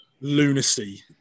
lunacy